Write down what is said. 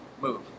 move